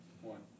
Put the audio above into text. One